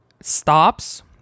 stops